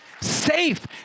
Safe